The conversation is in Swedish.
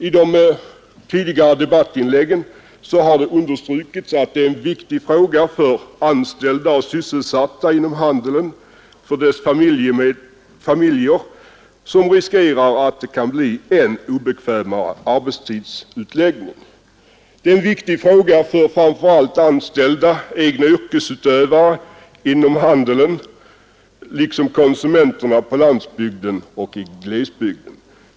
I de tidigare debattinläggen har det understrukits att det här gäller ett betydelsefullt spörsmål för sysselsatta inom handeln och deras familjer, då det finns risker för en än obekvämare arbetstid. Det är en viktig fråga för framför allt anställda, egna yrkesutövare inom handeln, liksom för konsumenterna på landsbygden och i glesbygden.